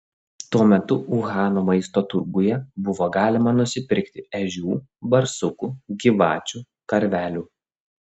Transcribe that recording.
tuo metu uhano maisto turguje buvo galima nusipirkti ežių barsukų gyvačių karvelių